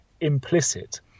implicit